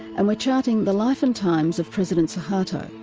and we're charting the life and times of president suharto,